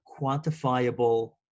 quantifiable